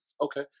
okay